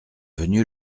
venue